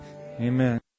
amen